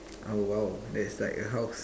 oh !wow! that's like a house